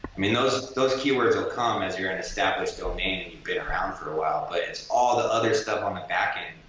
i mean those those keywords'll come as you're an established domain and you've been around for a while but it's all the other stuff on the back-end,